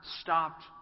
stopped